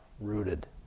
rooted